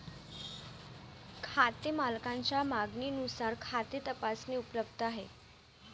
खाते मालकाच्या मागणीनुसार खाते तपासणी उपलब्ध आहे